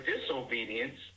disobedience